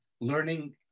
learning